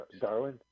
Darwin